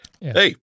hey